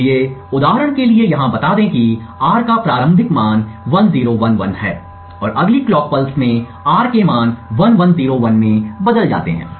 इसलिए उदाहरण के लिए यहां बता दें कि R का प्रारंभिक मान 1011 है और अगली क्लॉक पल्स में R के मान 1101 में बदल जाता है